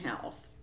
health